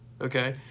Okay